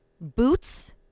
boots